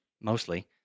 mostly